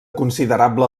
considerable